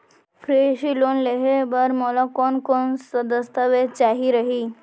कृषि ऋण लेहे बर मोला कोन कोन स दस्तावेज चाही रही?